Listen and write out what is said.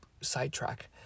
sidetrack